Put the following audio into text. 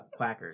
quackers